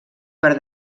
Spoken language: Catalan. per